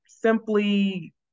simply